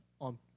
on